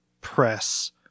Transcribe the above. press